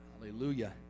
Hallelujah